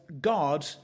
God